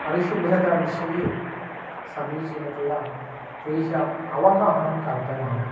परिशुभ्रता विषये समीचीनतया तेषां अवगाहनं कल्पयामः